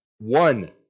one